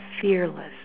fearless